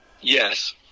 Yes